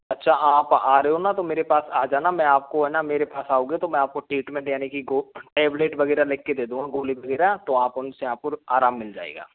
अच्छा आप आ रहे हो ना तो मेरे पास आ जाना मैं आपको है ना मेरे पास आओगे तो मैं आपको ट्रीटमेंट देने कि टेबलेट वगैरह लिख के दे दूंगा गोली वगैरह तो आप उसने आप और आराम मिल जाएगा